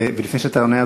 לפני שאתה עונה,